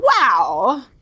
wow